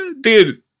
Dude